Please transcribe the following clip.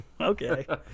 okay